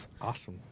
Awesome